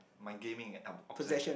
my gaming ob~ obsession